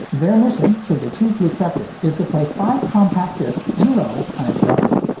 their mission, should they choose to accept it, is to play five compact discs in a row uninterrupted.